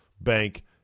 Bank